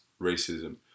racism